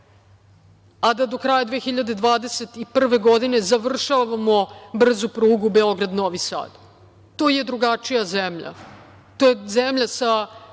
a da kraja 2021. godine završavamo brzu prugu Beograd – Novi Sad. To je drugačija zemlja, to je zemlja sa